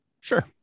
Sure